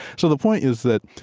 so the point is that,